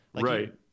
right